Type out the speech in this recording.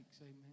Amen